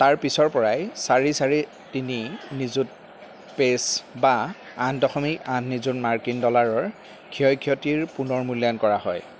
তাৰ পিছৰ পৰাই চাৰি চাৰি তিনি নিযুত পেছ বা আঠ দশমিক আঠ নিযুত মাৰ্কিন ডলাৰৰ ক্ষয় ক্ষতিৰ পুনৰ মূল্যায়ন কৰা হয়